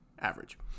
average